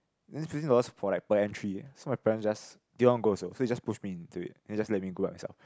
this fifteen dollars for like per entry eh so my parents just didn't want go also so they just push me into it then just let me go by myself